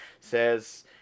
says